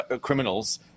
criminals